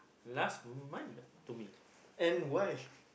last month to me